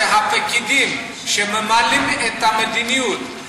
שהפקידים שממלאים את המדיניות,